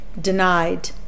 denied